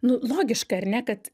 nu logiškai ar ne kad